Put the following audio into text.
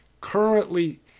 currently